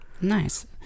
nice